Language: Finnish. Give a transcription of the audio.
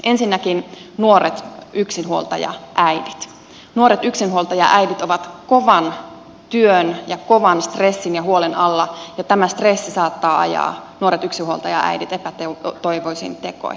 ensinnäkin nuoret yksinhuoltajaäidit ovat kovan työn ja kovan stressin ja huolen alla ja tämä stressi saattaa ajaa nuoret yksinhuoltajaäidit epätoivoisiin tekoihin